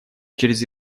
через